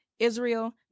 Israel